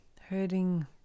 hurting